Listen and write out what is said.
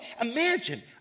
Imagine